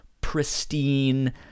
pristine